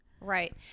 Right